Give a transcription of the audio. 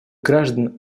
граждан